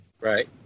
right